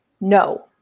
no